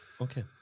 Okay